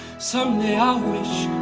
someday i'll wish